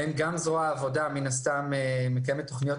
גם זרוע העבודה מן הסתם מקיימת תוכניות